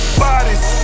bodies